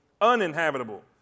uninhabitable